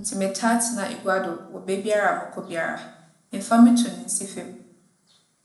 Ntsi metaa tsena egua do wͻ beebiara a mͻkͻ biara, memmfa mo tun nnsi famu.